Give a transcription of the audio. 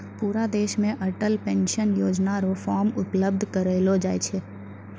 पूरा देश मे अटल पेंशन योजना र फॉर्म उपलब्ध करयलो जाय छै